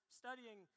studying